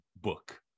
book